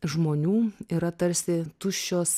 žmonių yra tarsi tuščios